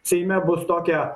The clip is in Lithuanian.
seime bus tokia